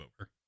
over